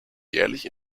jährlich